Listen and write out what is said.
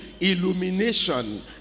illumination